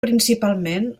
principalment